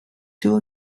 two